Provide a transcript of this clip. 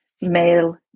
male